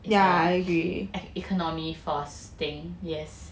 economy force thing yes